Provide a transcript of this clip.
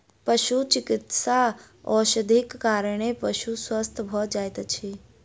पशुचिकित्सा औषधिक कारणेँ पशु स्वस्थ भ जाइत अछि